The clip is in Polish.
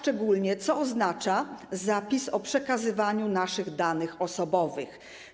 Co oznacza zapis o przekazywaniu naszych danych osobowych?